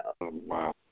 wow